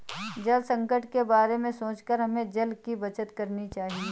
जल संकट के बारे में सोचकर हमें जल की बचत करनी चाहिए